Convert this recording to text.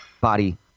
body